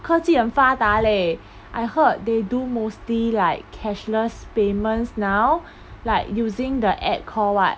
科技发达 leh I heard they do mostly like cashless payments now like using the app call what